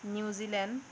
New Zealand